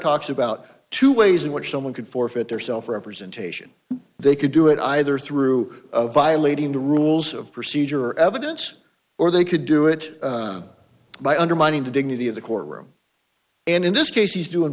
talks about two ways in which someone could forfeit their self representation they could do it either through violating the rules of procedure evidence or they could do it by undermining the dignity of the courtroom and in this case he's doing